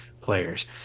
players